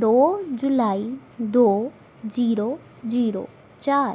ਦੋ ਜੁਲਾਈ ਦੋ ਜੀਰੋ ਜੀਰੋ ਚਾਰ